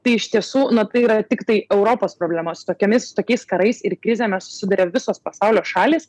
tai iš tiesų na tai yra tiktai europos problema su tokiomis tokiais karais ir krizėmis susiduria visos pasaulio šalys